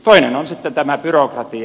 toinen on sitten tämä byrokratia